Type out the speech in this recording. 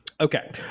Okay